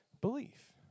belief